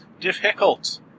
difficult